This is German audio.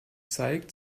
zeigt